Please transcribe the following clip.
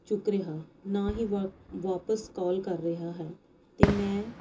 ਚੁੱਕ ਰਿਹਾ ਨਾ ਹੀ ਵੋ ਵਾਪਿਸ ਕਾਲ ਕਰ ਰਿਹਾ ਹੈ ਅਤੇ ਮੈਂ